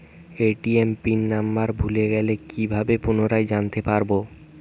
ATM pin number ভুলে গেলে কি ভাবে পুনরায় জানতে পারবো?